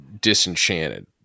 disenchanted